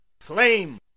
Flame